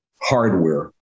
hardware